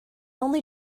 only